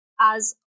as-